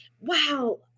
wow